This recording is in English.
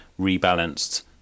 rebalanced